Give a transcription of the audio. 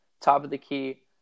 top-of-the-key